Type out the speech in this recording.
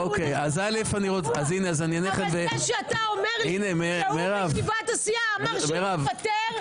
אבל זה שאתה אומר לי שבישיבת הסיעה הוא אמר שהוא מוותר.